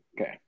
Okay